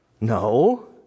No